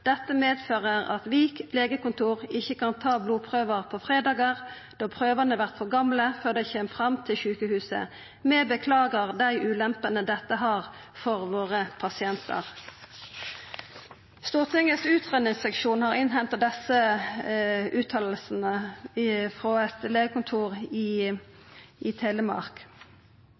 Dette medfører at Vik legekontor ikkje kan ta blodprøvar på fredagar då prøvane vert for gamle før dei kjem fram til sjukehuset. Me beklager dei ulempene dette har for våre pasientar!» Utgreiingsseksjonen i Stortinget har innhenta desse utsegnene frå eit legekontor i Telemark: «Drangedal legekontor beskriver en situasjon der stans i